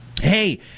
Hey